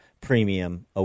premium